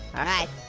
alright,